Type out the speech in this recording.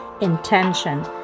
intention